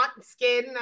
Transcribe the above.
skin